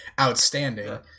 outstanding